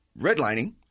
redlining